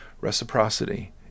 reciprocity